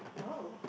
oh